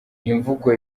imvugo